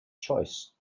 choice